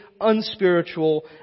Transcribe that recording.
unspiritual